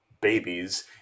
babies